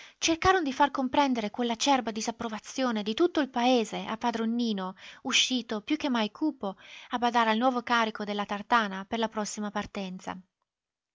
cercarono di far comprendere quell'acerba disapprovazione di tutto il paese a padron nino uscito più che mai cupo a badare al nuovo carico della tartana per la prossima partenza